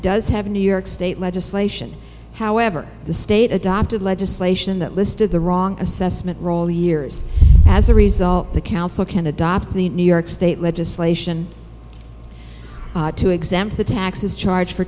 does have new york state legislation however the state adopted legislation that listed the wrong assessment roll years as a result the council can adopt the new york state legislation to exempt the taxes charge for